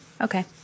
okay